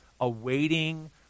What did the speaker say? awaiting